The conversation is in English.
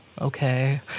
okay